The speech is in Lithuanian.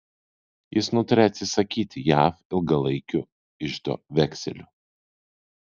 jis nutarė atsisakyti jav ilgalaikių iždo vekselių